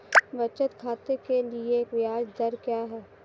बचत खाते के लिए ब्याज दर क्या है?